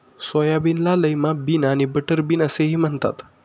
सोयाबीनला lima bean आणि butterbean असेही म्हणतात